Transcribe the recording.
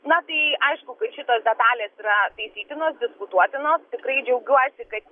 na tai aišku kad šitos detalės yra taisytinos diskutuotinos tikrai džiaugiuosi kad